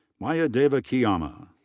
mayadevi devakiamma.